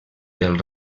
del